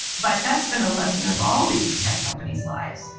but that's been the lesson of all these tech companies lives.